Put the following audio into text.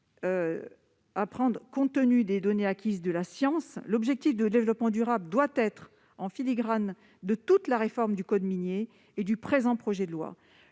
à prendre compte tenu des données acquises de la science. L'objectif de développement durable doit être en filigrane de toute la réforme du code minier et du présent texte.